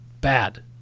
bad